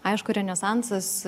aišku renesansas